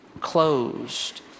closed